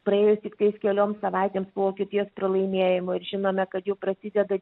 praėjus tiktai kelioms savaitėms po vokietijos pralaimėjimo ir žinome kad jau prasideda